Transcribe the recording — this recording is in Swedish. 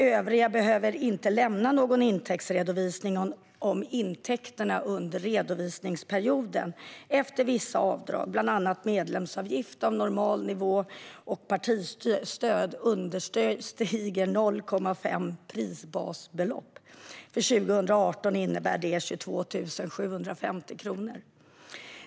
Övriga behöver inte lämna någon intäktsredovisning om intäkterna under redovisningsperioden, efter vissa avdrag för bland annat medlemsavgift av normal nivå och partistöd, understiger 0,5 prisbasbelopp. För 2018 innebär det 22 750 kronor.